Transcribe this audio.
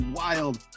wild